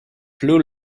blue